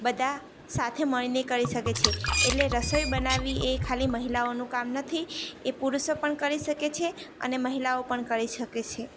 બધા સાથે મળીને કરી શકે છે એટલે રસોઈ બનાવવી એ ખાલી મહિલાઓનું કામ નથી એ પુરુષો પણ કરી શકે છે અને મહિલાઓ પણ કરી શકે છે